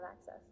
access